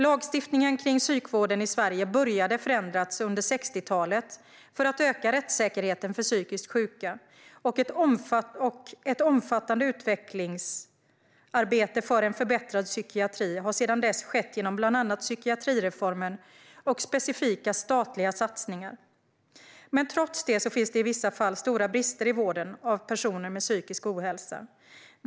Lagstiftningen kring psykvården i Sverige började förändras under 60-talet för att öka rättssäkerheten för psykiskt sjuka, och ett omfattade utvecklingsarbete för en förbättrad psykiatri har sedan dess skett genom bland annat psykiatrireformen och specifika statliga satsningar. Men trots detta finns det i vissa fall stora brister i vården av personer med psykisk ohälsa.